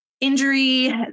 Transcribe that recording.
injury